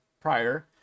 prior